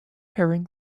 herring